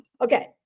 okay